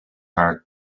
haar